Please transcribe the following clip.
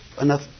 enough